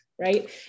right